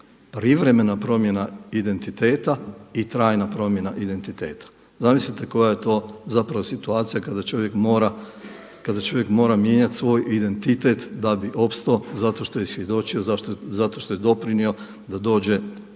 privremena promjena identiteta i trajna promjena identiteta. Zamislite koja je to zapravo situacija kada čovjek mora mijenja svoj identitet da bi opstao zato što je svjedočio, zato što je doprinijelo da dođe